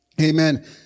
Amen